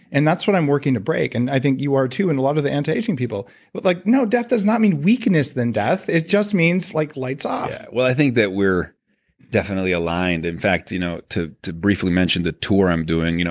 and that's what i'm working to break. and i think you are too and a lot of the anti-aging people but like death does not mean weakness then death, it just means like lights off i think that we're definitely aligned. in fact, you know to to briefly mention the tour i'm doing, you know